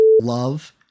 love